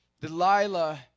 Delilah